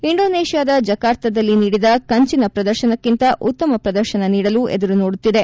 ಇಂಡೊನೇಷ್ನಾದ ಜಕಾರ್ತದಲ್ಲಿ ನೀಡಿದ ಕಂಚಿನ ಪ್ರದರ್ಶನಕ್ಕಿಂತ ಉತ್ತಮ ಪ್ರದರ್ಶನ ನೀಡಲು ಎದುರು ನೋಡುತ್ನಿದೆ